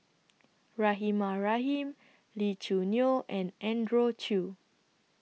Rahimah Rahim Lee Choo Neo and Andrew Chew